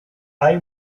hay